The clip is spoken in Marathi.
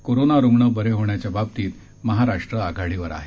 कोरोना रुग्ण बरे होण्याच्या बाबतीत महाराष्ट्र आघाडीवर आहे